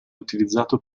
utilizzato